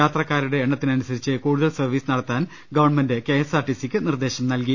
യാത്രക്കാരുടെ എണ്ണത്തിനനുസരിച്ച് കൂടുതൽ സർവീസ് നടത്താൻ ഗവൺമെന്റ് കെഎസ്ആർടിസിക്ക് നിർദേശം നൽകി